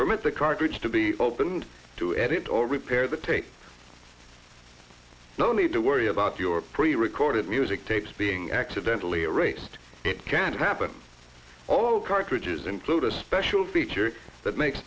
bridge to be opened to edit or repair the take no need to worry about your pre recorded music tapes being accidentally erased it can happen all cartridges include a special feature that makes